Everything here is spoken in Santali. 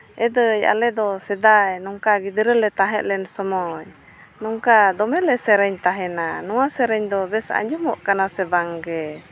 ᱮ ᱫᱟᱹᱭ ᱟᱞᱮ ᱫᱚ ᱥᱮᱫᱟᱭ ᱱᱜᱤᱫᱽᱨᱟᱹᱜ ᱞᱮ ᱛᱟᱦᱮᱸ ᱞᱮᱱ ᱥᱚᱢᱚᱭ ᱱᱚᱝᱠᱟ ᱫᱚᱢᱮ ᱞᱮ ᱥᱮᱨᱮᱧ ᱛᱟᱦᱮᱱᱟ ᱱᱚᱣᱟ ᱥᱮᱨᱮᱧ ᱫᱚ ᱵᱮᱥ ᱟᱡᱚᱢᱚᱜ ᱠᱟᱱᱟ ᱥᱮ ᱵᱟᱝ ᱜᱮ